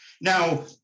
Now